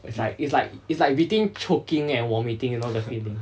it's like it's like it's like between choking and vomiting you know the feeling